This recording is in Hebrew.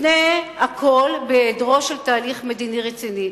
לפני הכול, בהיעדרו של תהליך מדיני רציני.